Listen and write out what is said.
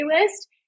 list